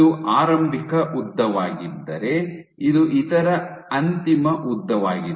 ಇದು ಆರಂಭಿಕ ಉದ್ದವಾಗಿದ್ದರೆ ಇದು ಇತರ ಅಂತಿಮ ಉದ್ದವಾಗಿದೆ